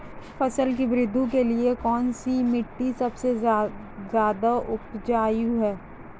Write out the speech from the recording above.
फसल की वृद्धि के लिए कौनसी मिट्टी सबसे ज्यादा उपजाऊ है?